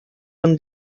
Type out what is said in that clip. own